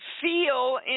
feel